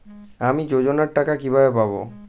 আমি যোজনার টাকা কিভাবে পাবো?